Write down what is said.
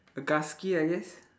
a gusky I guess